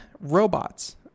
robots